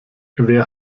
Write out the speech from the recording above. wer